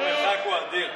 המרחק הוא אדיר.